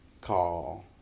call